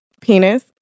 penis